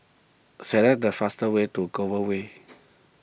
select the fastest way to Way